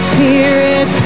Spirit